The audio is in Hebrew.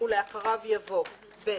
ולאחריו יבוא: (ב)